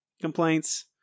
complaints